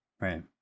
right